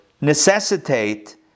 necessitate